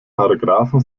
paragraphen